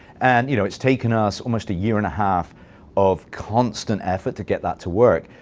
and you know it's taken us almost a year and a half of constant effort to get that to work,